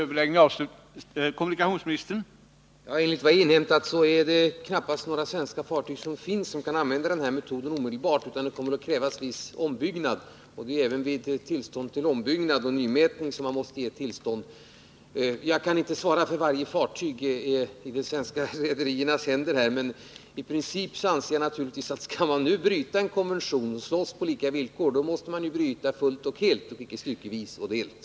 Herr talman! Enligt vad jag inhämtat finns knappast några svenska fartyg som kan använda den här metoden omedelbart. En viss ombyggnad kommer att krävas, och även vid ombyggnad och nymätning måste man ge tillstånd. Jag kan inte svara för varje fartyg i de svenska rederiernas händer, men i princip anser jag att om man nu skall bryta en konvention och slåss på lika villkor, då måste man bryta fullt och helt, icke styckevis och delt.